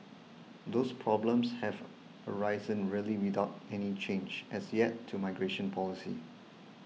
those problems have arisen really without any change as yet to migration policy